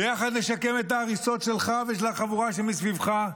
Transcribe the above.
ביחד נשקם את ההריסות שלך ושל החבורה שמסביבך,